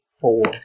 four